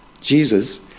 Jesus